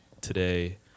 today